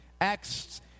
Acts